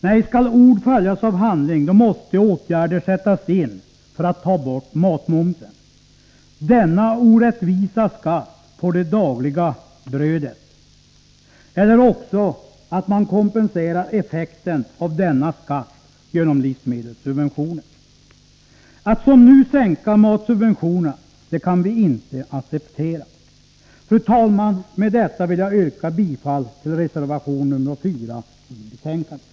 Nej, skall ord följas av handling, då måste åtgärder sättas in för att ta bort matmomsen, denna orättvisa skatt på det dagliga brödet, eller att kompensera effekten av denna skatt genom livsmedelssubventioner. Att som nu sänka matsubventionerna kan vi inte acceptera. Fru talman! Med detta vill jag yrka bifall till reservation nr 4 vid utskottets betänkande.